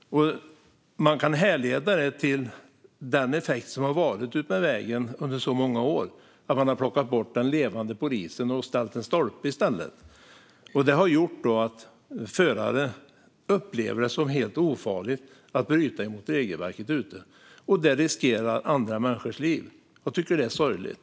Detta kan härledas till den effekt som det har blivit utmed vägarna under så många år när man har plockat bort den levande polisen och ställt dit en stolpe i stället. Det har gjort att förare upplever det som helt ofarligt att bryta mot regelverket. Det riskerar andra människors liv. Jag tycker att det är sorgligt.